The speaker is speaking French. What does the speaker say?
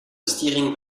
stiring